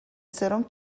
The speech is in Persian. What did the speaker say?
سرم